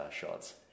shots